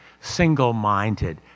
single-minded